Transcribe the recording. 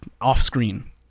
off-screen